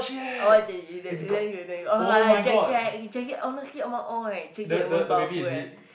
I watch already it's damn it's damn good damn good like Jack-Jack Jackie honestly among all eh Jack-Jack the most powerful eh